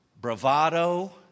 bravado